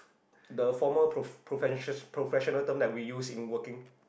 the formal pro~ professions professional term that we use in working